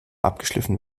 abgeschliffen